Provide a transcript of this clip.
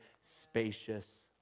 spacious